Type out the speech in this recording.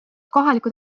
kohalikud